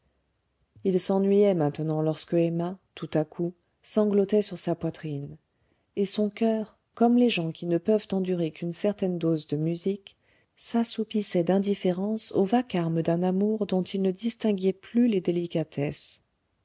il s'ennuyait maintenant lorsque emma tout à coup sanglotait sur sa poitrine et son coeur comme les gens qui ne peuvent endurer qu'une certaine dose de musique s'assoupissait d'indifférence au vacarme d'un amour dont il ne distinguait plus les délicatesses